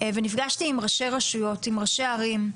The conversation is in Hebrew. ונפגשתי עם ראשי רשויות וראשי ערים.